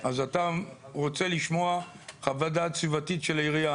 אז אתה רוצה לשמוע חוות דעת סביבתית של העירייה?